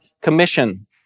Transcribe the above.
commission